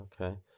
okay